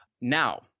Now